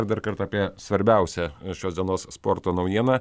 ir dar kartą apie svarbiausią šios dienos sporto naujieną